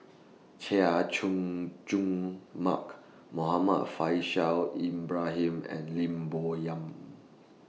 Chay Jung Jun Mark Muhammad Faishal Ibrahim and Lim Bo Yam